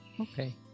Okay